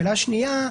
שאלה שנייה,